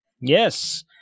Yes